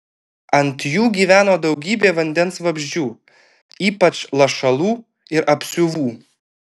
ant jų gyveno daugybė vandens vabzdžių ypač lašalų ir apsiuvų